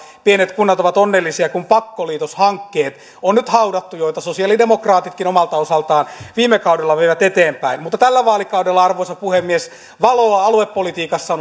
pienet kunnat ovat onnellisia kun pakkoliitoshankkeet on nyt haudattu joita sosiaalidemokraatitkin omalta osaltaan viime kaudella veivät eteenpäin tällä vaalikaudella arvoisa puhemies valoa aluepolitiikassa